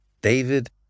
David